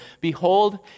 Behold